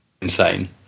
insane